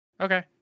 Okay